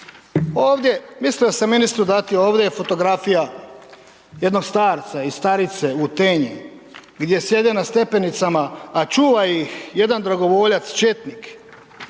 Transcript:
Ovdje, mislio sam ministru dati, ovdje je fotografija jednog starca i starice u Tenji gdje sjede na stepenicama, a čuva ih jedan dragovoljac četnik,